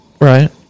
Right